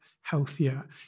healthier